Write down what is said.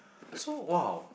so !wow!